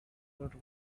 that